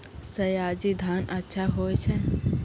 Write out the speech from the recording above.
सयाजी धान अच्छा होय छै?